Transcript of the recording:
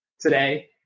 today